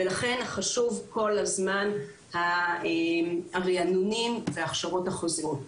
ולכן חשוב כל הזמן הרענונים וההכשרות החוזרות,